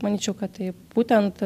manyčiau kad taip būtent